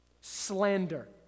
slander